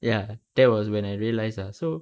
ya that was when I realised ah so